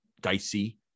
dicey